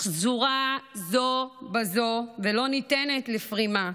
אך שזורה זו בזו ולא ניתנת לפרימה.